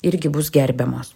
irgi bus gerbiamos